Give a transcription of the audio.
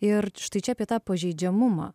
ir štai čia apie tą pažeidžiamumą